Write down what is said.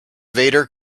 vader